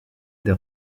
des